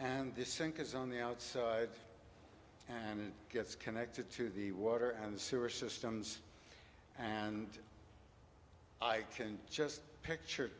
and this sink is on the outside and it gets connected to the water and sewer systems and i can just picture